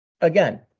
again